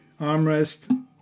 armrest